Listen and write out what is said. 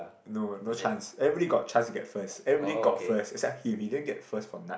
no no chance everybody got chance to get first everybody got first except him he didn't get first for nut